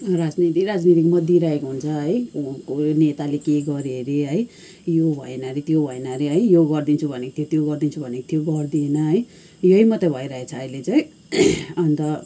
राजनीति राजनीतिमा दिइरहेको हुन्छ है कोही नेताले के गऱ्यो अरे है यो भएन अरे त्यो भएन अरे है यो गरिदिन्छु भनेको थियो त्यो गरिदिन्छु भनेको थियो गरिदिएन है यही मात्रै भइरहेछ अहिले चाहिँ अन्त